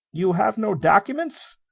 you have no documents?